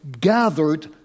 gathered